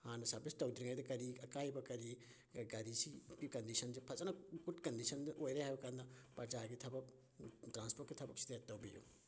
ꯍꯥꯟꯅ ꯁꯥꯔꯚꯤꯁ ꯇꯧꯗ꯭ꯔꯤꯉꯩꯗ ꯀꯔꯤ ꯑꯀꯥꯏꯕ ꯀꯔꯤ ꯒꯥꯔꯤꯁꯤꯒꯤ ꯀꯟꯗꯤꯁꯟꯁꯤ ꯐꯖꯅ ꯒꯨꯗ ꯀꯟꯗꯤꯁꯟꯗ ꯑꯣꯏꯔꯦ ꯍꯥꯏꯕ ꯀꯥꯟꯗ ꯄ꯭ꯔꯖꯥꯒꯤ ꯊꯕꯛ ꯇ꯭ꯔꯥꯟꯄꯣꯔꯠꯀꯤ ꯊꯕꯛꯁꯤꯗ ꯇꯧꯕꯤꯌꯨ